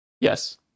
Yes